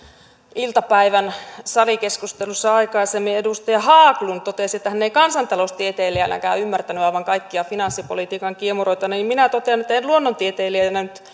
iltapäivän salikeskustelussa aikaisemmin edustaja haglund totesi että hän ei kansantaloustieteilijänäkään ymmärtänyt aivan kaikkia finanssipolitiikan kiemuroita minä totean että en luonnontieteilijänä nyt